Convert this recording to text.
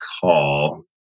call